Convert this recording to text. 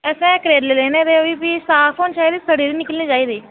असें करेले लैने हे ओह् बी तां फ्ही सड़ी दी नीं निकलनी चाहिदी